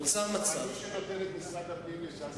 מי שנותן את משרד הפנים לש"ס,